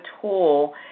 tool